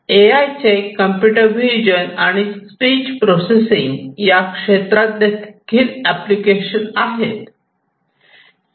ए I चे computer vision आणि speech processing या क्षेत्रात देखील एप्लीकेशन्स आहेत